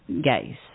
gays